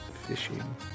fishing